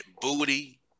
booty